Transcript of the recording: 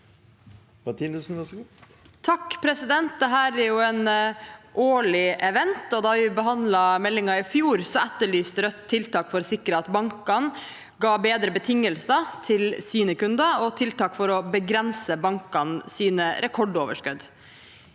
(R) Dette er jo en årlig event, og da vi behandlet meldingen i fjor, etter lyste Rødt tiltak for sikre at bankene ga bedre betingelser til sine kunder, og tiltak for å begrense bankenes rekordoverskudd.